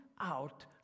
out